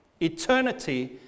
Eternity